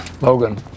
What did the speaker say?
Logan